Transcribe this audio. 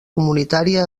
comunitària